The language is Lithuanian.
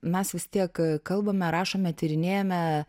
mes vis tiek kalbame rašome tyrinėjame